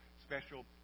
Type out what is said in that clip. special